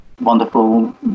wonderful